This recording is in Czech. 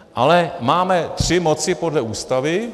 Ale máme tři moci podle Ústavy.